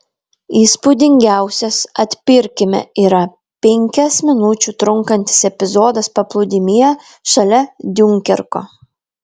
įspūdingiausias atpirkime yra penkias minučių trunkantis epizodas paplūdimyje šalia diunkerko